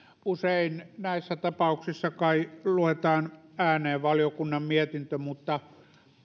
usein näissä tapauksissa kai luetaan ääneen valiokunnan mietintö mutta